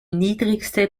niedrigste